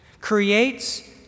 creates